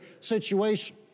situation